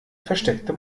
versteckte